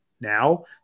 now